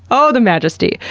oh the majesty!